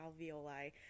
alveoli